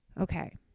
Okay